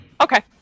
Okay